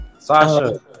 Sasha